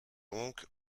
donc